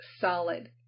solid